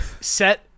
set